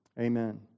Amen